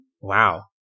wow